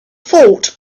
fort